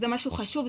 זה משהו חשוב,